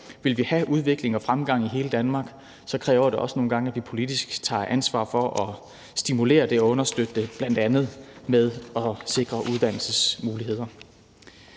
Vil vi have udvikling og fremgang i hele Danmark, kræver det også nogle gange, at vi politisk tager ansvar for at stimulere det og understøtte det, bl.a. ved at sikre uddannelsesmuligheder.